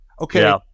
Okay